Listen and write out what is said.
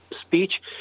speech